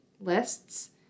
lists